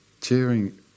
cheering